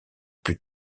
plus